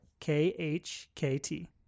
K-H-K-T